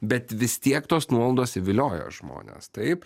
bet vis tiek tos nuolaidos vilioja žmones taip